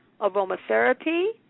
aromatherapy